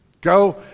go